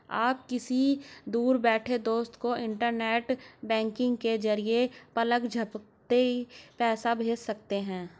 आप किसी दूर बैठे दोस्त को इन्टरनेट बैंकिंग के जरिये पलक झपकते पैसा भेज सकते हैं